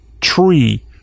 tree